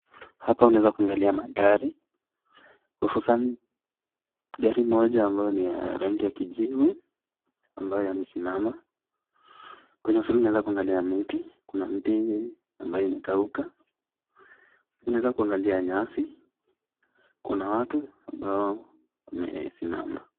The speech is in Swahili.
Hapa unaeza kuangalia magari hususan gari moja ambayo ni ya rangi ya kijivu ambayo imesimama kwenye unaweza kuangalia miti, kuna mti ambayo imekauka, unaweza kuangalia nyasi, kuna watu ambao wamesimama.